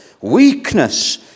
Weakness